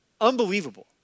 unbelievable